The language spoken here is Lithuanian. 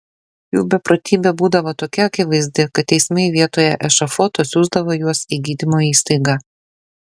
jų beprotybė būdavo tokia akivaizdi kad teismai vietoje ešafoto siųsdavo juos į gydymo įstaigą